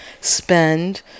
spend